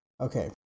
Okay